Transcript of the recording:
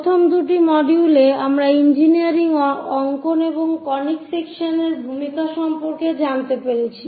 প্রথম দুটি মডিউলে আমরা ইঞ্জিনিয়ারিং অঙ্কন এবং কনিক সেকশনের ভূমিকা সম্পর্কে জানতে পেরেছি